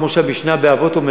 כמו שאומרת המשנה באבות: